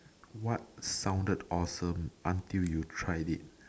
what sounded awesome until you tried it